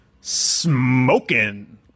Smokin